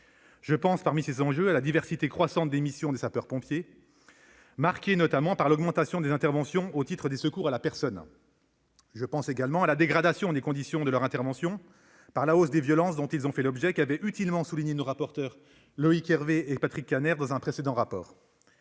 civile. Parmi ces enjeux, relevons la diversité croissante des missions des sapeurs-pompiers, marquées, notamment, par l'augmentation des interventions au titre du secours à la personne ou la dégradation de leurs conditions d'opération en raison de la hausse des violences dont ils font l'objet, qu'avaient utilement soulignée nos rapporteurs Loïc Hervé et Patrick Kanner dans un précédent rapport.